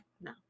no